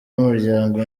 umuryango